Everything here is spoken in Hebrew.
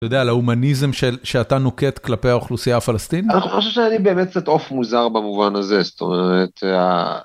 אתה יודע, על ההומניזם שאתה נוקט כלפי האוכלוסייה הפלסטינית? אני חושב שאני באמת קצת עוף מוזר במובן הזה, זאת אומרת...